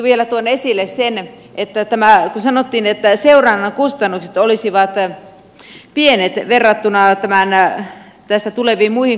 vielä tuon esille sen kun sanottiin että seurannan kustannukset olisivat pienet verrattuna tästä tuleviin muihin kustannuksiin